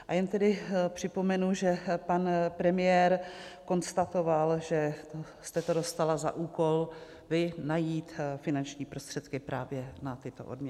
A jen tedy připomenu, že pan premiér konstatoval, že jste to dostala za úkol vy, najít finanční prostředky právě na tyto odměny.